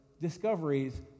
discoveries